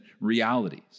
realities